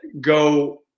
go